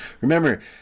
Remember